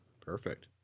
perfect